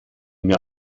mir